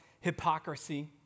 hypocrisy